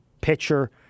pitcher